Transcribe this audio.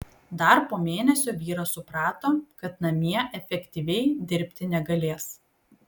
dar po mėnesio vyras suprato kad namie efektyviai dirbti negalės